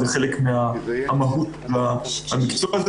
זה חלק ממהות הטיפול.